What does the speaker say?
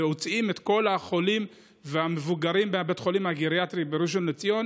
מוציאים את כל החולים והמבוגרים מבית החולים הגריאטרי בראשון לציון